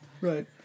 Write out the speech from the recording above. Right